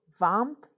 warmth